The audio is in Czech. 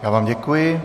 Já vám děkuji.